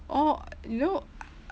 oh you know